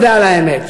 בואו נודה על האמת,